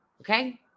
Okay